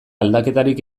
aldaketarik